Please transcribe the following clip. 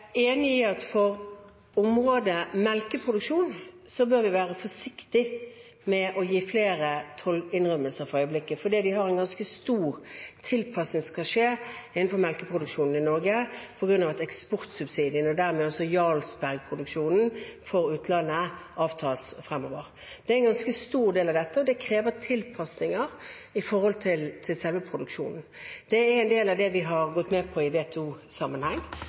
enig i at for området melkeproduksjon bør vi for øyeblikket være forsiktig med å gi flere tollinnrømmelser, for det skal skje en ganske stor tilpasning innenfor melkeproduksjonen i Norge på grunn av at eksportsubsidiene – og dermed altså Jarlsberg-produksjonen for utlandet – avtar fremover. Det er en ganske stor del av dette, og det krever tilpasninger når det gjelder selve produksjonen. Det er en del av det vi har gått med på i